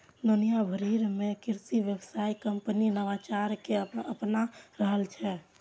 दुनिया भरि मे कृषि व्यवसाय कंपनी नवाचार कें अपना रहल छै